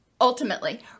ultimately